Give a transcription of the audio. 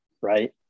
right